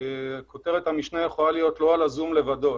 כותרת המשנה יכולה להיות: "לא על הזום לבדו".